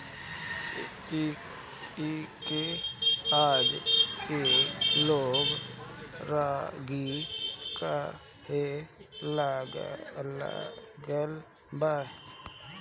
एके आजके लोग रागी कहे लागल बा